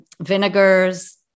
vinegars